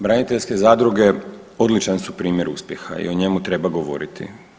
Braniteljske zadruge odličan su primjer uspjeha i o njemu treba govoriti.